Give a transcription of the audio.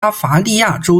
巴伐利亚州